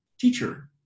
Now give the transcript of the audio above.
teacher